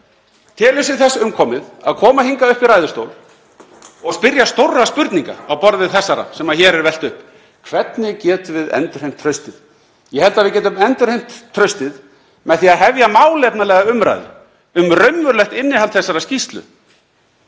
telur sig þess umkomið að koma hingað upp í ræðustól og spyrja stórra spurninga á borð við þær sem hér er velt upp: Hvernig getum við endurheimt traustið? Ég held að við getum endurheimt traustið með því að hefja málefnalega umræðu um raunverulegt innihald þessarar skýrslu,